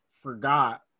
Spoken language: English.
forgot